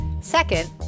Second